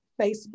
Facebook